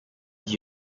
gihe